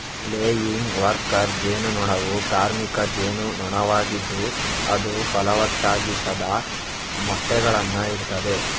laying worker ಜೇನು ನೊಣವು ಕಾರ್ಮಿಕ ಜೇನು ನೊಣವಾಗಿದ್ದು ಅದು ಫಲವತ್ತಾಗಿಸದ ಮೊಟ್ಟೆಗಳನ್ನ ಇಡ್ತದೆ